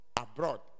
abroad